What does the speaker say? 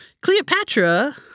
cleopatra